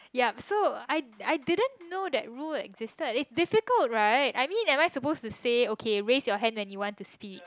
ya so I I didn't know that rule existed right it's difficult right I mean am I supposed to say okay raise your hand when you want to speak